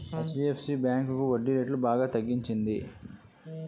HDFC bank వడ్డీరేట్లు బాగా తగ్గించింది